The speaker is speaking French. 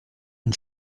une